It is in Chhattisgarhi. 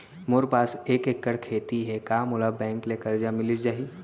मोर पास एक एक्कड़ खेती हे का मोला बैंक ले करजा मिलिस जाही?